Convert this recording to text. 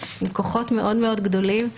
עם כוחות גדולים מאוד,